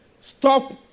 Stop